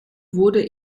wurde